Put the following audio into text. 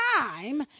time